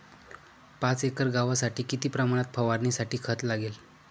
पाच एकर गव्हासाठी किती प्रमाणात फवारणीसाठी खत लागेल?